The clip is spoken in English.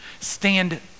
Stand